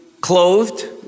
clothed